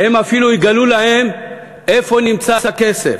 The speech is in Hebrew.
הן אפילו יגלו להן איפה נמצא הכסף.